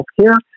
healthcare